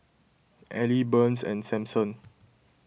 Elie Burns and Samson